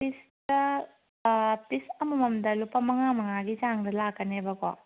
ꯄꯤꯁꯇ ꯄꯤꯁ ꯑꯃꯃꯝꯗ ꯂꯨꯄꯥ ꯃꯉꯥ ꯃꯉꯥꯒꯤ ꯆꯥꯡꯗ ꯂꯥꯛꯀꯅꯦꯕꯀꯣ